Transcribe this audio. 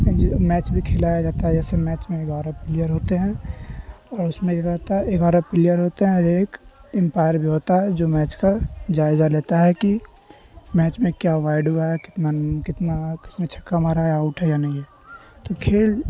match بھی کھلایا جاتا ہے جیسے میچ میں گیارہ پلیئر ہوتے ہیں اور اس میں یہ رہتا ہے گیارہ پلیئر ہوتے ہیں اور ایک امپائر بھی ہوتا ہے جو میچ کا جائزہ لیتا ہے کہ میچ میں کیا وائڈ ہوا کتنا کتنا کس نے چھکا مارا ہے یا آؤٹ ہے یا نہیں ہے تو کھیل